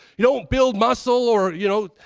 you don't build muscle or, you know,